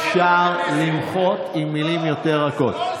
חבר הכנסת קרעי, אפשר למחות עם מילים יותר רכות.